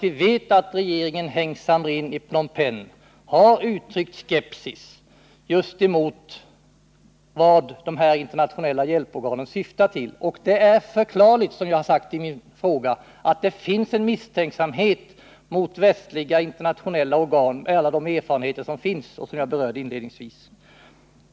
Vi vet att regeringen Heng Samrin i Phnom Penh har uttryckt skepsis just emot vad de här internationella hjälporganen syftar till. Det är, som jag har påpekat i min fråga, förklarligt att det finns en misstänksamhet mot västliga internationella organ, med tanke på alla de erfarenheter man har av dem, vilket jag berörde inledningsvis.